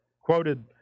quoted